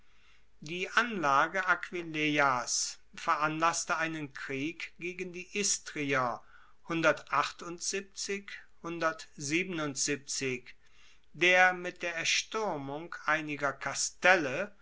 die anlage aquileias veranlasste einen krieg gegen die istrier der mit der erstuermung einiger kastelle